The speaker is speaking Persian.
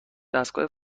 دستگاه